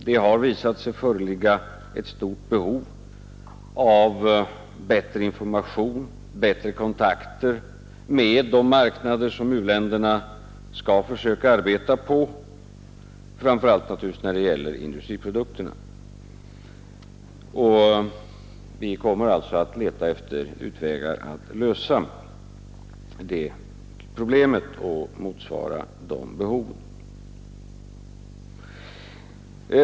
Det har visat sig föreligga ett stort behov av bättre information och bättre kontakter med de marknader som u-länderna skall försöka arbeta på, framför allt när det gäller industriprodukterna. Vi kommer alltså att leta efter utvägar för att lösa det problemet och motsvara detta behov.